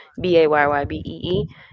B-A-Y-Y-B-E-E